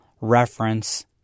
reference